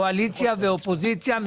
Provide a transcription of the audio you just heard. קואליציה ואופוזיציה.